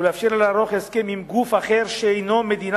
ולאפשר לה לערוך הסכם עם גוף אחר שאינו מדינה